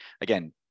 again